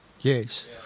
Yes